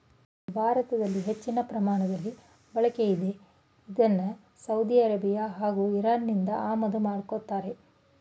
ಭಾರತದಲ್ಲಿ ಹೆಚ್ಚಿನ ಪ್ರಮಾಣದಲ್ಲಿ ಬಳಕೆಯಿದೆ ಇದ್ನ ಸೌದಿ ಅರೇಬಿಯಾ ಹಾಗೂ ಇರಾನ್ನಿಂದ ಆಮದು ಮಾಡ್ಕೋತಾರೆ